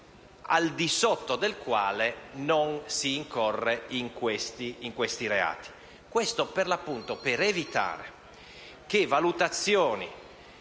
al di sotto del quale non si incorre in tali reati,